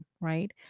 Right